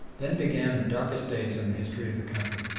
then began the darkest days in the history of the country.